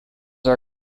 are